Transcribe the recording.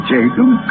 Jacob